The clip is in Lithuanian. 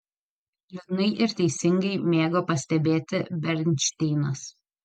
liūdnai ir teisingai mėgo pastebėti bernšteinas